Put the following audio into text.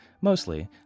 mostly